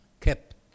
kept